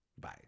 Bye